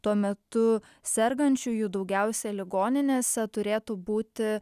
tuo metu sergančiųjų daugiausia ligoninėse turėtų būti